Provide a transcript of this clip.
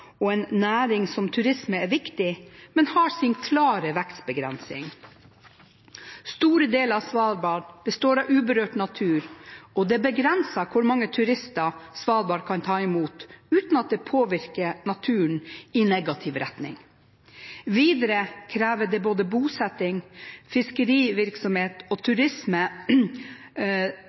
og en næring som turisme er viktig, men har sin klare vekstbegrensning. Store deler av Svalbard består av uberørt natur, og det er begrenset hvor mange turister Svalbard kan ta imot uten at det påvirker naturen i negativ retning. Videre krever både bosetting, fiskerivirksomhet og